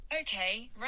Okay